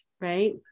right